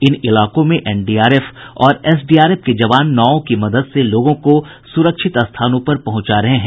इन इलाकों में एनडीआरएफ और एसडीआरएफ के जवान नावों की मदद से लोगों को सुरक्षित स्थानों पर पहुंचा रहे हैं